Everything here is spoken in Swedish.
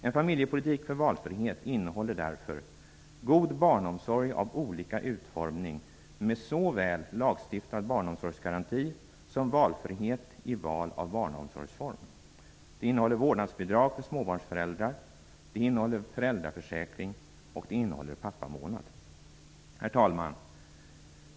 En familjepolitik för valfrihet innehåller därför: * god barnomsorg av olika utformning, med såväl Herr talman!